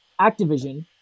Activision